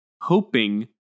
hoping